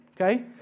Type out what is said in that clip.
okay